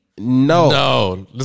No